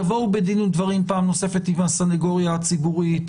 תבואו בדין ודברים פעם נוספת עם הסניגוריה הציבורית,